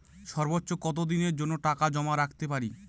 সর্বোচ্চ কত দিনের জন্য টাকা জমা রাখতে পারি?